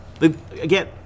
Again